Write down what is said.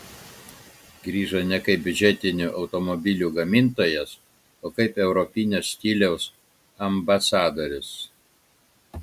grįžo ne kaip biudžetinių automobilių gamintojas o kaip europinio stiliaus ambasadorius